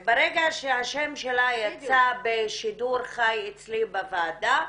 ברגע שהשם שלה יצא בשידור חי אצלי בוועדה,